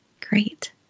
Great